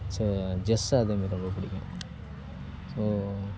so chess அதே மாதிரி ரொம்ப பிடிக்கும் ஸோ